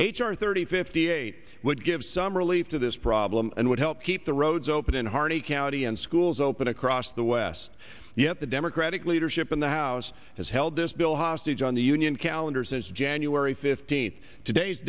r thirty fifty eight would give some relief to this problem and would help keep the roads open in harney county and schools open across the west yet the democratic leadership in the house has held this bill hostage on the union calendar since january fifteenth today's